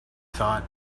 thought